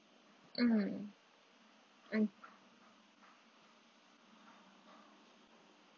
mm mm